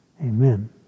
Amen